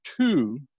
two